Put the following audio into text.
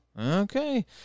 Okay